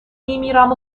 میمیرم